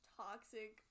toxic